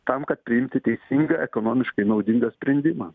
tam kad priimti teisingą ekonomiškai naudingą sprendimą